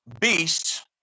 beasts